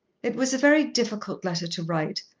it was a very difficult letter to write,